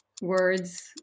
words